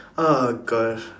oh gosh